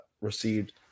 received